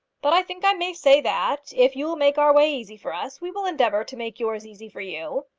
but i think i may say that, if you will make our way easy for us, we will endeavour to make yours easy for you.